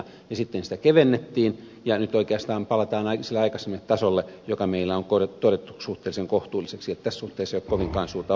sitten sitä kevennettiin ja nyt oikeastaan palataan sille aikaisemmalle tasolle joka meillä on todettu suhteellisen kohtuulliseksi että tässä suhteessa ei ole kovinkaan suurta ongelmaa